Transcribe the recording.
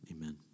amen